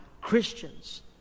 Christians